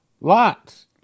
Lots